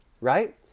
right